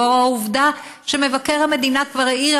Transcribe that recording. ולאור העובדה שמבקר המדינה כבר העיר